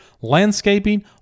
landscaping